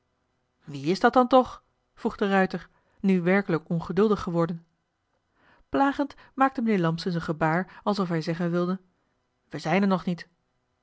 wie is dat dan toch vroeg de ruijter nu werkelijk ongeduldig geworden plagend maakte mijnheer lampsens een gebaar alsof hij zeggen wilde we zijn er nog niet